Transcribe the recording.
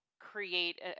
create